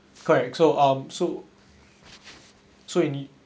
correct so um so so and you